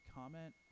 comment